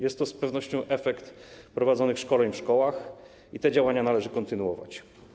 Jest to z pewnością efekt prowadzonych szkoleń w szkołach i te działania należy kontynuować.